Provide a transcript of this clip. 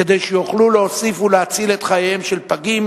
כדי שיוכלו להוסיף ולהציל את חייהם של הפגים,